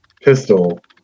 pistol